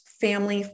family